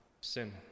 sin